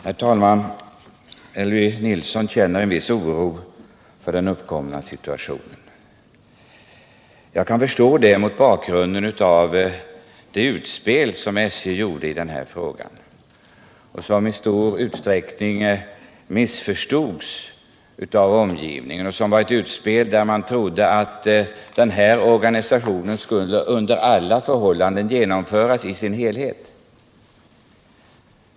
Herr talman! Elvy Nilsson känner en viss oro i den uppkomna situationen. Jag kan förstå det mot bakgrund av det utspel som SJ gjorde i den här frågan och som i stor utsträckning missförstods av omgivningen. Man trodde att den här organisationen under alla förhållanden skulle genomföras i sin helhet.